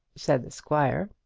said the squire.